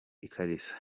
ikariso